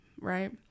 right